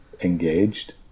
engaged